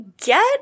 get